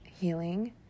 healing